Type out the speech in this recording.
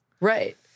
Right